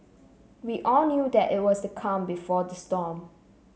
we all knew that it was the calm before the storm